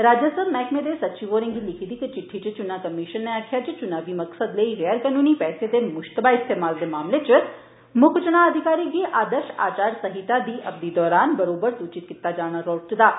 राजस्व मैहकमे दे सचिव होरें'गी लिक्खी दी इक चिट्ठी च चुनां कमिशन नै आखेआ ऐ जे चुनावी मकसद लेई गैर कनूनी पैसे दे मुश्तबा इस्तेमाल दे मामले च मुक्ख चुनां अधिकारी गी आदर्श आचार संहिता दी अवधि दौरान बरोबर सूचित कीता जंदा रौह्ना लोड़चदा ऐ